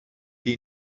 die